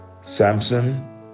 Samson